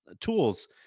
tools